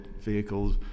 vehicles